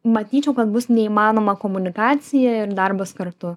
matyčiau kad bus neįmanoma komunikacija ir darbas kartu